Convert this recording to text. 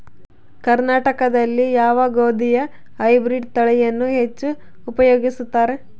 ಕರ್ನಾಟಕದಲ್ಲಿ ಯಾವ ಗೋಧಿಯ ಹೈಬ್ರಿಡ್ ತಳಿಯನ್ನು ಹೆಚ್ಚು ಉಪಯೋಗಿಸುತ್ತಾರೆ?